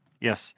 Yes